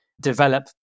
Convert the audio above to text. develop